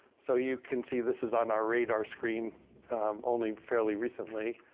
so you can see this is on our radar screen only fairly recently.